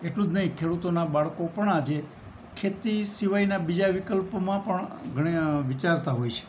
એટલું જ નહીં ખેડૂતોનાં બાળકો પણ આજે ખેતી સિવાયનાં બીજા વિકલ્પોમાં પણ ઘણી વિચારતા હોય છે